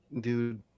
dude